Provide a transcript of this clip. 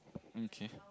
okay